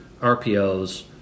RPOs